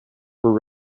were